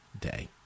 day